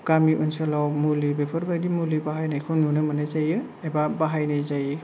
गामि ओनसोलाव मुलि बेफोरबायदि मुलि बाहायनायखौ नुनो मोननाय जायो एबा बाहायनाय जायो